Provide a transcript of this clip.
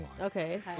Okay